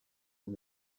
and